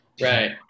Right